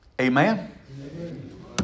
Amen